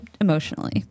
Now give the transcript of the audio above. emotionally